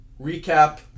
Recap